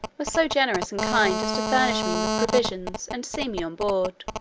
were so generous and kind as to furnish me with provisions, and see me on board.